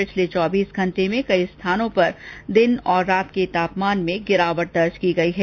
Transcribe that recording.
पिछले चौबीस घंटे में कई स्थानों पर दिन और रात के तापमान में गिरावट दर्ज की गयी है